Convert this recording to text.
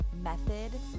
method